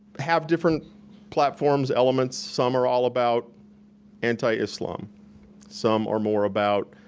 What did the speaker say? have different platforms, elements, some are all about anti-islam. some are more about